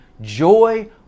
joy